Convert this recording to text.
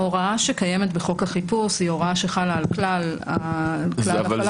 ההוראה שקיימת בחוק החיפוש היא הוראה שחלה על כלל החלת הסמכות.